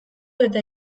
eta